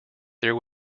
there